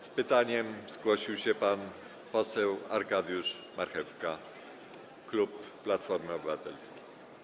Z pytaniem zgłosił się pan poseł Arkadiusz Marchewka, klub Platforma Obywatelska.